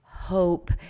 hope